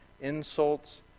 insults